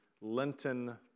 Lenten